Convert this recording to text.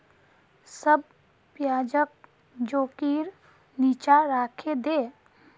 सब प्याजक चौंकीर नीचा राखे दे